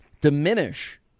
diminish